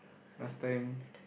last time